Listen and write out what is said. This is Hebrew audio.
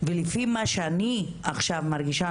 לפי מה שאני מרגישה עכשיו,